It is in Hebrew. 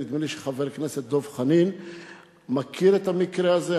נדמה לי שחבר הכנסת דב חנין מכיר את המקרה הזה,